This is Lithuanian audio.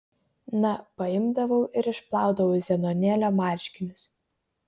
na paimdavau ir išplaudavau zenonėlio marškinius